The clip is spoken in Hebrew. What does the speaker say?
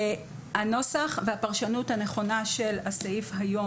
הנוסח והפרשנות הנכונה של הסעיף היום,